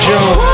Joe